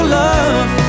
love